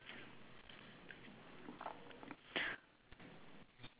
no my one is uh saying shoot on the right side